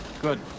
Good